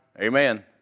Amen